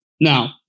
Now